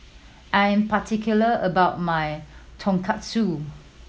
I am particular about my Tonkatsu